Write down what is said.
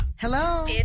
Hello